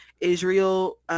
Israel